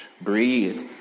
Breathe